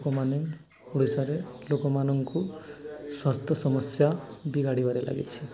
ଲୋକମାନେ ଓଡ଼ିଶାରେ ଲୋକମାନଙ୍କୁ ସ୍ୱାସ୍ଥ୍ୟ ସମସ୍ୟା ବିଗାଡ଼ିବାରେ ଲାଗିଛି